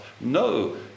no